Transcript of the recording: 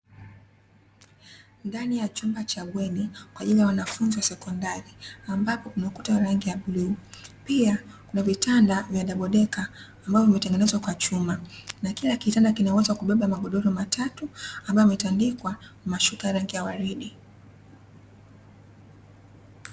Ndani ya chumba cha bweni kwa ajili ya wanafunzi wa sekondari ambapo, kuna ukuta wa rangi ya bluu. Pia kuna vitanda vya dabodeka ambavyo vimetengenezwa kwa chuma, na pia kila kitanda kina uwezo wa kubeba magodoro matatu ambayo yametandikwa kwa mashuka ya rangi ya waridi.